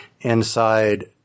inside